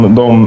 de